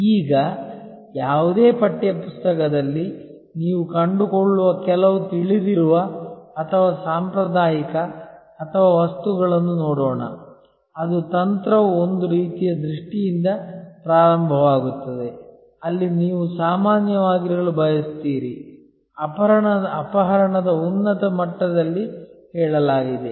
ಈಗ ಯಾವುದೇ ಪಠ್ಯ ಪುಸ್ತಕದಲ್ಲಿ ನೀವು ಕಂಡುಕೊಳ್ಳುವ ಕೆಲವು ತಿಳಿದಿರುವ ಅಥವಾ ಸಾಂಪ್ರದಾಯಿಕ ಅಥವಾ ವಸ್ತುಗಳನ್ನು ನೋಡೋಣ ಅದು ತಂತ್ರವು ಒಂದು ರೀತಿಯ ದೃಷ್ಟಿಯಿಂದ ಪ್ರಾರಂಭವಾಗುತ್ತದೆ ಅಲ್ಲಿ ನೀವು ಸಾಮಾನ್ಯವಾಗಿರಲು ಬಯಸುತ್ತೀರಿ ಅಪಹರಣದ ಉನ್ನತ ಮಟ್ಟದಲ್ಲಿ ಹೇಳಲಾಗಿದೆ